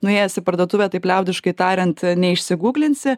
nuėjęs į parduotuvę taip liaudiškai tariant neišsigūglinsi